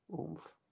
oomph